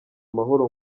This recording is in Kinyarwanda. amahoro